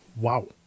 Wow